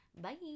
Bye